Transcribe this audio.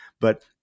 But-